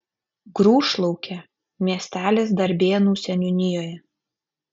grūšlaukė miestelis darbėnų seniūnijoje